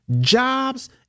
jobs